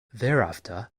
thereafter